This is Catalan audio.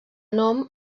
nom